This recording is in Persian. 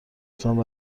حتما